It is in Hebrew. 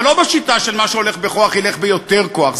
אבל לא בשיטה של מה שהולך בכוח, ילך ביותר כוח.